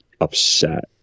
upset